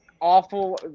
awful